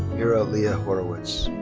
mira leah horowitz.